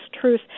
truth